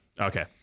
Okay